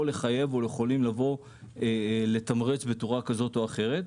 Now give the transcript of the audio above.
ולחייב או יכולים לבוא ולתמרץ בצורה כזאת או אחרת.